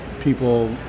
people